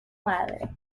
madre